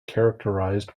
characterized